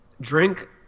drink